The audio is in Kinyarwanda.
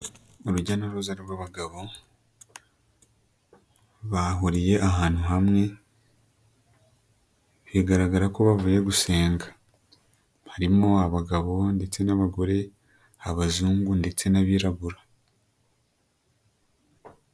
Urujya n'uruza rw'abagabo bahuriye ahantu hamwe bigaragara ko bavuye gusenga, harimo abagabo ndetse n'abagore, abazungu ndetse n'abirabura.